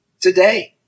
today